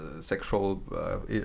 sexual